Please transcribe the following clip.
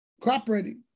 cooperating